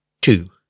two